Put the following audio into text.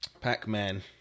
Pac-Man